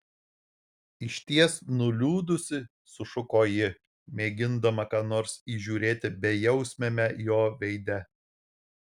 išties nuliūdusi sušuko ji mėgindama ką nors įžiūrėti bejausmiame jo veide